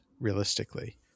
realistically